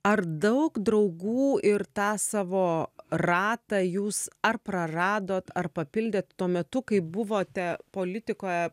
ar daug draugų ir tą savo ratą jūs ar praradot ar papildėt tuo metu kai buvote politikoje